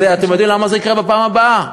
אתם יודעים למה זה יקרה בפעם הבאה?